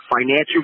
financial